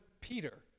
Peter